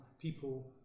people